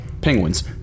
penguins